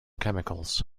chemicals